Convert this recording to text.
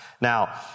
Now